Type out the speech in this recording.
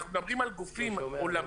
אנחנו מדברים על גופים עולמיים,